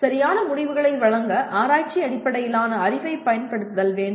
சரியான முடிவுகளை வழங்க ஆராய்ச்சி அடிப்படையிலான அறிவைப் பயன்படுத்துதல் வேண்டும்